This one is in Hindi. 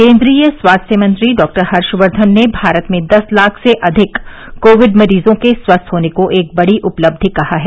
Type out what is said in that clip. केन्द्रीय स्वास्थ्य मंत्री डॉक्टर हर्षवर्धन ने भारत में दस लाख से अधिक कोविड मरीजों के स्वस्थ होने को एक बड़ी उपलब्धि कहा है